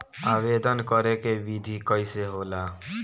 आवेदन करे के विधि कइसे होला?